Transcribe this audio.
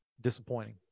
disappointing